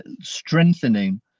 strengthening